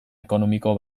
ekonomiko